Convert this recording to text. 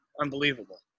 Unbelievable